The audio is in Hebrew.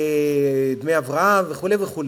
דמי הבראה וכו' וכו'.